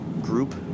group